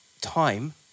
time